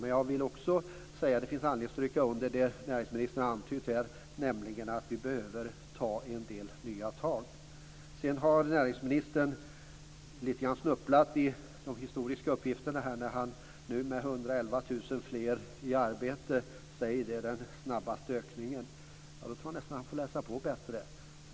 Men jag vill också säga att det finns anledning att stryka under det näringsministern har antytt här, nämligen att vi behöver ta en del nya tag. Näringsministern har snubblat lite grann i de historiska uppgifterna när han med 111 000 fler i arbete säger att det är den snabbaste ökningen. Jag tror nästan att han får läsa på bättre.